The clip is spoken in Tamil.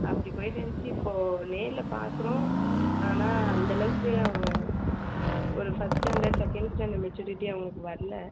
அப்படி போய்கிட்டே இருந்துச்சு இப்போது நேரில் பார்க்குறோம் ஆனால் அந்த அளவுக்கு அவங்க ஒரு ஃபஸ்ட் ஸ்டாண்டர்ட் செகண்ட் ஸ்டாண்டர்ட் மெச்சூரிட்டியே அவங்களுக்கு வர்லை